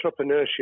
entrepreneurship